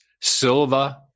Silva